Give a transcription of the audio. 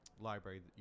library